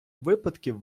випадків